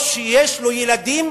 או שיש לו ילדים,